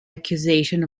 accusation